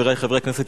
חברי חברי הכנסת,